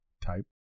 type